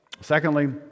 Secondly